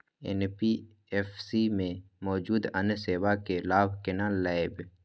NBFC में मौजूद अन्य सेवा के लाभ केना लैब?